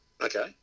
Okay